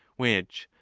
which,